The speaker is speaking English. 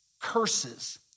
curses